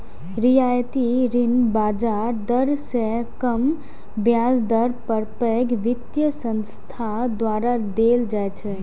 रियायती ऋण बाजार दर सं कम ब्याज दर पर पैघ वित्तीय संस्थान द्वारा देल जाइ छै